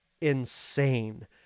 insane